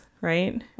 right